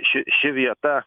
ši ši vieta